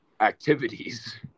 activities